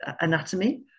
anatomy